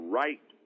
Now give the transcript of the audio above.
right